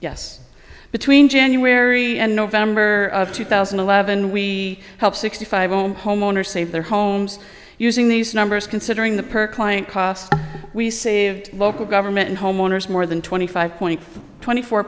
yes between january and november of two thousand and eleven we help sixty five home homeowners save their homes using these numbers considering the per client costs we saved local government and homeowners more than twenty five point twenty four